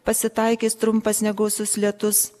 pasitaikys trumpas negausus lietus